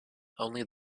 only